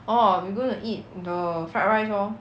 orh we going to eat the fried rice lor